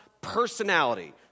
personality